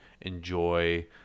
enjoy